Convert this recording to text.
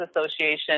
Association